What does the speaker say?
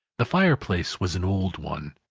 the fireplace was an old one,